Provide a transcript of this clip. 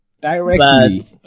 directly